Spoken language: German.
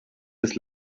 des